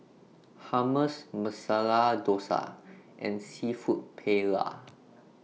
Hummus Masala Dosa and Seafood Paella